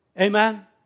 Amen